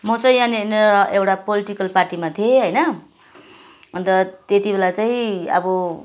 म चाहिँ यहाँनिर एउटा पोल्टिकल पार्टीमा थिएँ होइन अन्त त्यति बेला चाहिँ अब